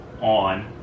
on